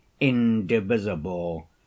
indivisible